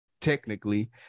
technically